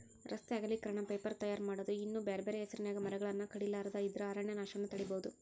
ರಸ್ತೆ ಅಗಲೇಕರಣ, ಪೇಪರ್ ತಯಾರ್ ಮಾಡೋದು ಇನ್ನೂ ಬ್ಯಾರ್ಬ್ಯಾರೇ ಹೆಸರಿನ್ಯಾಗ ಮರಗಳನ್ನ ಕಡಿಲಾರದ ಇದ್ರ ಅರಣ್ಯನಾಶವನ್ನ ತಡೇಬೋದು